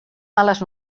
males